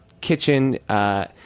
kitchen